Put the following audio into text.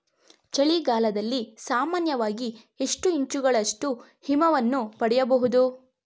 ಚಳಿಗಾಲದಲ್ಲಿ ಸಾಮಾನ್ಯವಾಗಿ ಎಷ್ಟು ಇಂಚುಗಳಷ್ಟು ಹಿಮವನ್ನು ಪಡೆಯಬಹುದು?